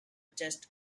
chest